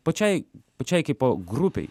pačiai pačiai kaipo grupei